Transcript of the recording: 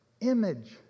image